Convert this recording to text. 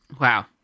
Wow